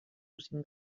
cinc